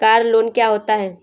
Car loan क्या होता है?